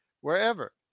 wherever